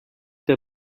der